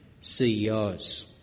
CEOs